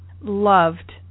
Loved